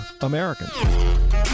Americans